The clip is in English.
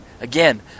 Again